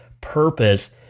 purpose